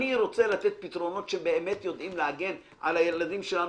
אני רוצה לתת פתרונות שבאמת יודעים להגן על הילדים שלנו,